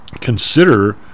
consider